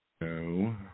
No